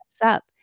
up